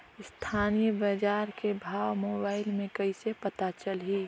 स्थानीय बजार के भाव मोबाइल मे कइसे पता चलही?